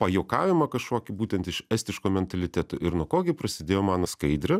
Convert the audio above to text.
pajuokavimą kažkokį būtent iš estiško mentaliteto ir nuo ko gi prasidėjo mano skaidrė